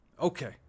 Okay